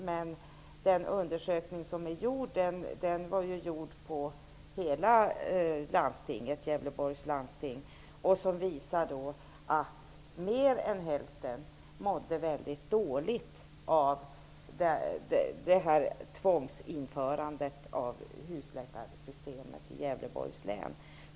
Men gjorda undersökning gällde hela Gävleborgs läns landsting. Undersökningen visar att mer än hälften mådde väldigt dåligt till följd av införandet av husläkarsystemet i Gävleborgs län.